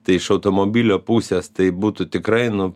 tai iš automobilio pusės tai būtų tikrai nu